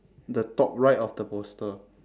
the top right of the poster